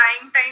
time